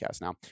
Now